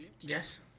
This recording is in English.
Yes